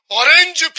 orange